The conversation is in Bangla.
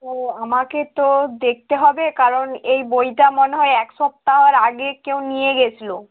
ও আমাকে তো দেখতে হবে কারণ এই বইটা মনে হয় এক সপ্তাহর আগে কেউ নিয়ে গিয়েছিল